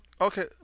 Okay